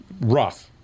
rough